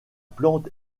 plante